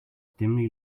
dimly